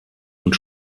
und